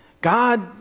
God